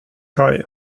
haj